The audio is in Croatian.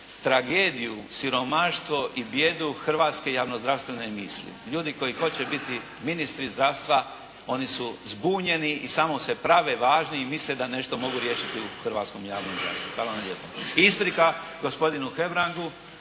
tragediju, siromaštvo i bijedu hrvatske javno zdravstvene misli. Ljudi koji hoće biti ministri zdravstva, oni su zbunjeni i samo se prave važni i misle da nešto mogu riješiti u hrvatskom javnom zdravstvu. Hvala vam lijepo. Isprika gospodinu Hebrangu,